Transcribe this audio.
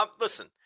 listen